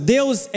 Deus